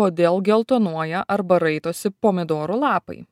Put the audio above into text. kodėl geltonuoja arba raitosi pomidorų lapai